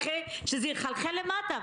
שזה יחלחל למטה,